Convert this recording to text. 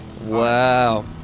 Wow